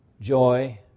joy